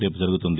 రేపు జరుగుతుంది